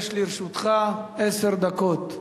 יש לרשותך עשר דקות.